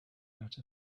out